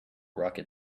rocket